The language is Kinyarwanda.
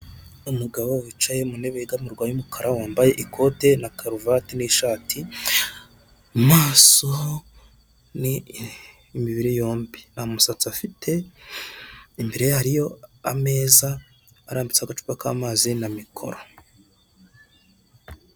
Umugabo wicaye mu ntebe yegamirwa y'umukara, wambaye ikote na karuvati n'ishati, mu maso ni imibiri yombi, nta musatsi afite, imbere ye hariyo ameza arambitseho agacupa k'amazi na mikoro.